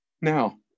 Now